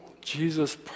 Jesus